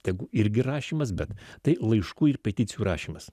tegu irgi rašymas bet tai laiškų ir peticijų rašymas